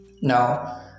Now